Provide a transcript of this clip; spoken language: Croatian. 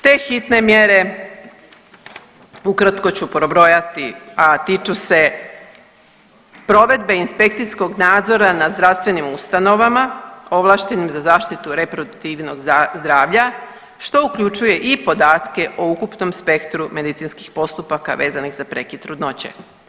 Te hitne mjere ukratko ću pobrojati, a tiču se provedbe inspekcijskog nadzora nad zdravstvenim ustanovama ovlaštenim za zaštitu reproduktivnog zdravlja što uključuje i podatke o ukupnom spektru medicinskih postupaka vezanih za prekid trudnoće.